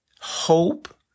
hope